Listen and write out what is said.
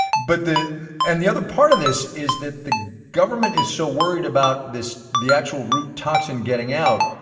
but the and the other part of this is that the government is so worried about this, the actual root toxin getting out,